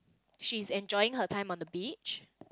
she enjoying her time on the beach